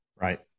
Right